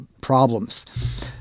problems